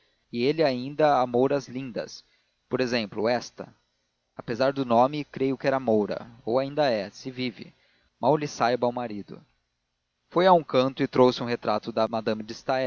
e ele ainda há mouras lindas por exemplo esta apesar do nome creio que era moura ou ainda é se vive mal lhe saiba ao marido foi a um canto e trouxe um retrato de madame de